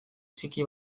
txiki